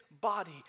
body